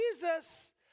Jesus